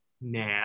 nah